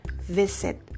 visit